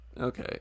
Okay